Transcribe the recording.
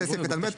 זה סעיף קטן (ב),